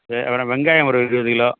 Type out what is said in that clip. அப்பறம் வெங்காயம் ஒரு இருபது கிலோ